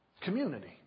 Community